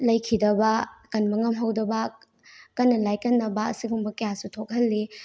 ꯂꯩꯈꯤꯗꯕ ꯀꯟꯕ ꯉꯝꯍꯧꯗꯕ ꯀꯟꯅ ꯂꯥꯏꯀꯟꯅꯕ ꯑꯁꯤꯒꯨꯝꯕ ꯀꯌꯥꯁꯨ ꯊꯣꯛꯍꯜꯂꯤ